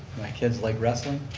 kids like wrestling.